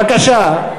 בבקשה.